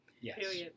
Yes